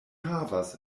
havas